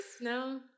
No